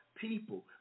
people